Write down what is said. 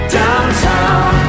downtown